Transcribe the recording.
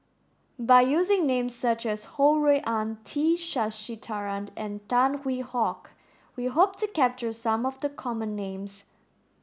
by using names such as Ho Rui An T Sasitharan and Tan Hwee Hock we hope to capture some of the common names